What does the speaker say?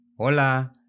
Hola